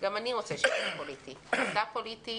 - גם אני רוצה שלא יהיה פוליטי אתה פוליטי,